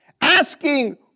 asking